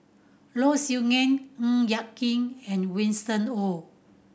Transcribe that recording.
Low Siew Nghee Ng Yak Whee and Winston Oh